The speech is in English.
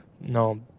no